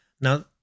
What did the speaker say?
Now